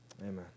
Amen